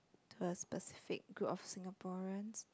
to a specific group of Singaporeans